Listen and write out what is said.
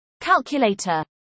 calculator